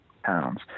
pounds